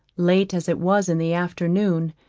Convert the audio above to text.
late as it was in the afternoon,